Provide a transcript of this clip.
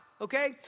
Okay